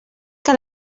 que